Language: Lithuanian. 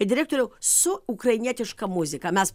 direktoriau su ukrainietiška muzika mes